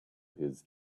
his